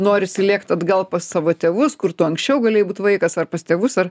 norisi lėkt atgal pas savo tėvus kur tu anksčiau galėjai būt vaikas ar pas tėvus ar